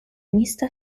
mista